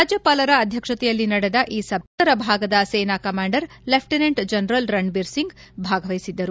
ರಾಜ್ಯಪಾಲರ ಅಧ್ಯಕ್ಷತೆಯಲ್ಲಿ ನಡೆದ ಈ ಸಭೆಯಲ್ಲಿ ಉತ್ತರ ಭಾಗದ ಸೇನಾ commander lieutenant general Ranbir Singh ಭಾಗವಹಿಸಿದ್ದರು